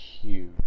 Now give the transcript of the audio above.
huge